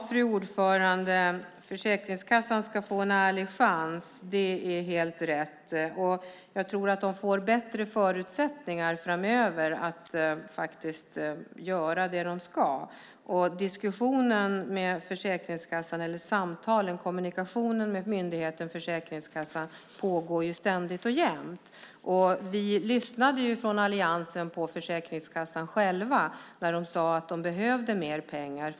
Fru talman! Försäkringskassan ska få en ärlig chans; det är helt rätt. Jag tror att de får bättre förutsättningar framöver att göra det de ska. Diskussionen, samtalen och kommunikationen med myndigheten Försäkringskassan pågår ständigt och jämt. Vi lyssnade från alliansen på Försäkringskassan när de sade att de behövde mer pengar.